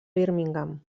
birmingham